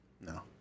no